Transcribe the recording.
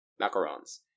macarons